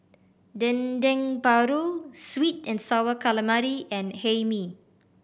Dendeng Paru sweet and Sour Calamari and Hae Mee